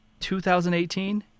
2018